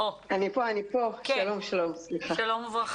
בוקר